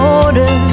order